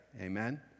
Amen